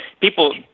People